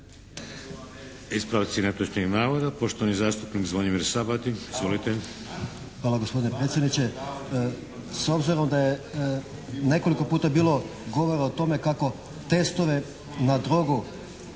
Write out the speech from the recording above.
Ispravci netočnih navoda, poštovani zastupnik Zvonimir Sabati. Izvolite. **Sabati, Zvonimir (HSS)** Hvala gospodine predsjedniče. S obzirom da je nekoliko puta bilo govora o tome kako testove na drogu